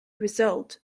results